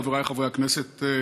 חבריי חברי הכנסת,